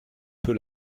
peu